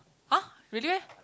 !huh! really meh